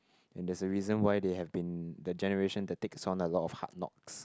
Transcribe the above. and there's a reason why they have been the generation that takes on a lot of hard knocks